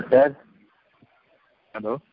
Hello